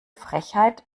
frechheit